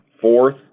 fourth